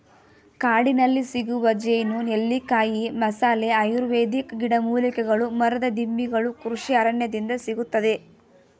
ಕಾಡಿನಲ್ಲಿಸಿಗುವ ಜೇನು, ನೆಲ್ಲಿಕಾಯಿ, ಮಸಾಲೆ, ಆಯುರ್ವೇದಿಕ್ ಗಿಡಮೂಲಿಕೆಗಳು ಮರದ ದಿಮ್ಮಿಗಳು ಕೃಷಿ ಅರಣ್ಯದಿಂದ ಸಿಗುತ್ತದೆ